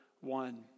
one